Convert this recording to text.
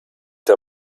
der